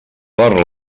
per